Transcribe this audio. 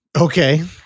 Okay